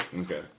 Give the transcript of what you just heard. Okay